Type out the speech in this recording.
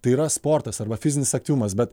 tai yra sportas arba fizinis aktyvumas bet